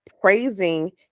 praising